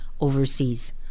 overseas